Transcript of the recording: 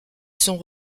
sont